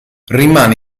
rimane